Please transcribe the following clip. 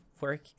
work